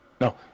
No